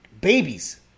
babies